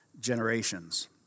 generations